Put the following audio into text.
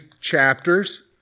chapters